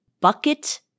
bucket